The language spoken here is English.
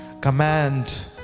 command